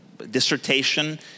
dissertation